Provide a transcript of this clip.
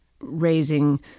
raising